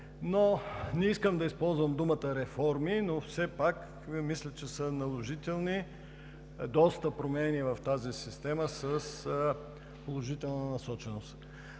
Не искам да използвам думата „реформи“, но все пак мисля, че са наложителни доста промени в тази система с положителна насоченост.